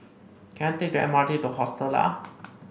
can I take the M R T to Hostel Lah